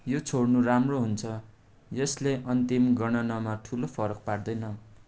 यो छोड्नु राम्रो हुन्छ यसले अन्तिम गणनामा ठुलो फरक पार्दैन